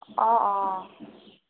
অ অ